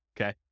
okay